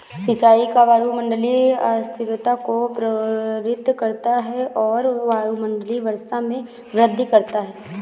सिंचाई का वायुमंडलीय अस्थिरता को प्रेरित करता है और डाउनविंड वर्षा में वृद्धि करता है